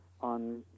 on